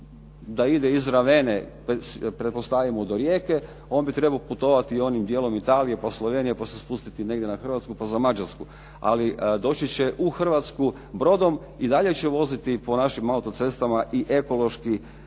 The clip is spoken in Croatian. da ide iz Ravene pretpostavimo do Rijeke on bi trebao putovati onim dijelom Italije, pa Slovenije, pa se spustiti negdje na Hrvatsku pa za Mađarsku. Ali doći će u Hrvatsku brodom. I dalje će voziti po našim autocestama i ekološki